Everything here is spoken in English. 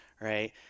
right